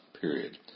period